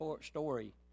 story